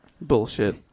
Bullshit